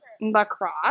lacrosse